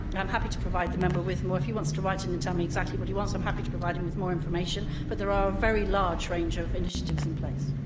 and i'm happy to provide the member with more if he wants to write in and tell me exactly what he wants, i'm happy to provide him with more information, but there is ah a very large range of initiatives in place.